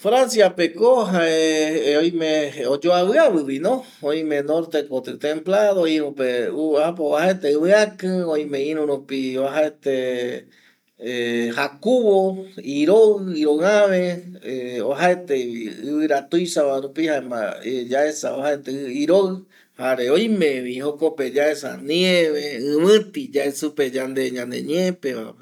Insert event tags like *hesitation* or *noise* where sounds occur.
Franciapeko jae oime oyoaviavivino oime nortekoti templado irüpe äpo oajaete iviaki, oime irü rupi oajaete *hesitation* jakuvo iroɨ, iroɨave *hesitation* oajaetevi ɨvɨra tuisava rupi jaema yaesa oajaete iroɨ jare oimevi jokope yaesa nieve ɨvɨti yande yae supe ñaneñepevape